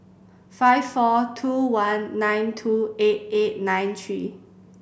five four two one nine two eight eight nine three